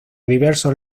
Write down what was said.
diversos